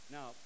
Now